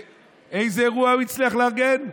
איזה אירוע הוא הצליח לארגן?